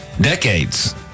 decades